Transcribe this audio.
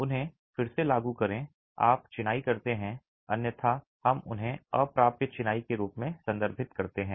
उन्हें फिर से लागू करें आप चिनाई करते हैं अन्यथा हम उन्हें अप्राप्य चिनाई के रूप में संदर्भित करते हैं